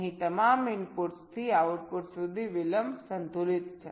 અહીં તમામ ઇનપુટ્સથી આઉટપુટ સુધી વિલંબ સંતુલિત છે